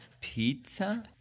Pizza